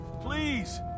please